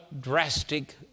drastic